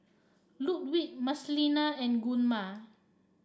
Ludwig Marcelina and Gunnar